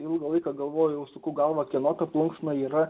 ilgą laiką galvojau sukau galvą kieno ta plunksna yra